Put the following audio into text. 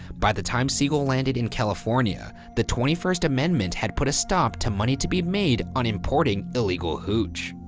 by the time siegel landed in california, the twenty first amendment had put a stop to money to be made on importing illegal hooch.